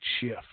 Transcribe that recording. Shift